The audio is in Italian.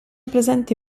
presenti